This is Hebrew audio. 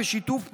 ושיתוף פעולה,